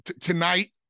Tonight